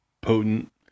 potent